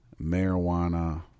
marijuana